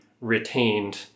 retained